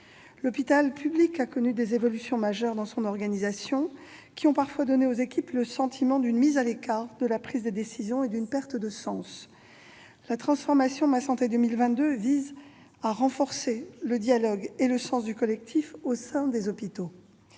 L'hôpital public a connu des évolutions majeures dans son organisation, qui ont parfois donné aux équipes le sentiment d'une mise à l'écart de la prise de décision et d'une perte de sens. La stratégie de transformation Ma santé 2022 vise à renforcer le dialogue et le sens du collectif au sein des hôpitaux.